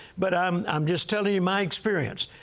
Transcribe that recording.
but i'm i'm just telling you my experience.